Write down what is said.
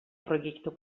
proiektu